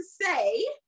say